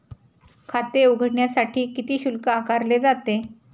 खाते उघडण्यासाठी किती शुल्क आकारले जाते?